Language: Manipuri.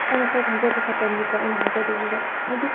ꯑꯩꯅ ꯈꯔ ꯈꯪꯖꯕ ꯈꯛꯇꯅꯤꯀꯣ ꯑꯩꯅ ꯍꯥꯏꯖꯗꯣꯔꯤꯁꯦ ꯍꯥꯏꯗꯤ